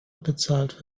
bezahlt